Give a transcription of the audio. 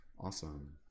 awesome